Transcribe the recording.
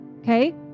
Okay